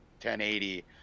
1080